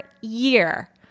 year